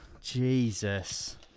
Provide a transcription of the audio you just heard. Jesus